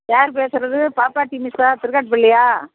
யார் பேசுகிறது பாப்பாத்தி மெஸ்ஸா திருக்காட்டுப்பள்ளியா